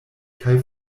kaj